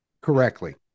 correctly